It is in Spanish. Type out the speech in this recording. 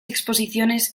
exposiciones